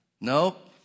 Nope